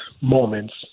moments